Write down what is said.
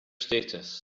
status